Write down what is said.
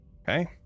Okay